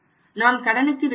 நாம் கடனுக்கு விற்கிறோம்